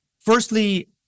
Firstly